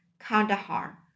Kandahar